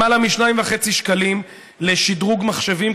למעלה מ-2.5 מיליון שקלים לשדרוג מחשבים,